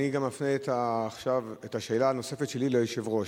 אני גם מפנה עכשיו את השאלה הנוספת שלי ליושב-ראש.